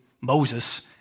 Moses